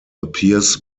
appears